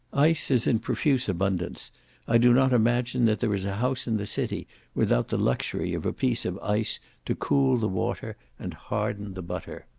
ice is in profuse abundance i do not imagine that there is a house in the city without the luxury of a piece of ice to cool the water, and harden the butter.